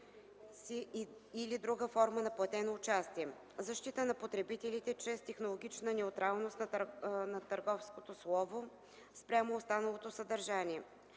или друга форма на платено участие; - защита на потребителите чрез технологична неутралност на търговското слово спрямо останалото съдържание;